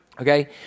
Okay